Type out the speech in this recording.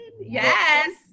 yes